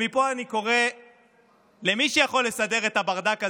מפה אני קורא למי שיכול לסדר את הברדק הזה,